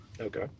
Okay